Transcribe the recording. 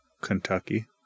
kentucky